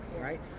right